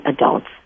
adults